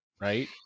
Right